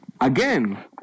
Again